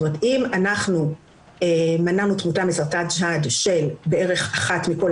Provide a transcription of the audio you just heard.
אם אנחנו מנענו תמותה מסרטן שד שלאחת בערך מכל